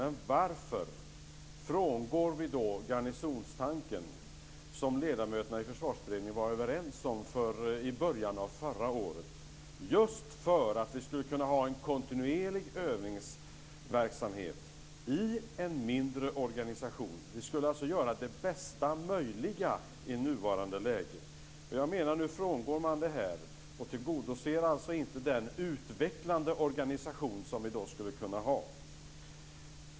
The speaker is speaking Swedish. Men varför frångås då garnisonstanken, som ledamöterna i Försvarsberedningen var överens om i början av förra året? Det var vi just för att vi skulle kunna ha en kontinuerlig övningsverksamhet i en mindre organisation. Vi skulle alltså göra det bästa möjliga i nuvarande läge. Jag menar att man nu frångår det här och inte tillgodoser den utvecklande organisation som vi skulle kunna ha.